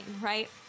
right